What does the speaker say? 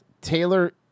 Taylor